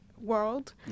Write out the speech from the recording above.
world